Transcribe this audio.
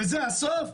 וזה הסוף?